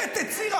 את ציר,